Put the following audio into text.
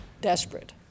desperate